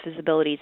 visibilities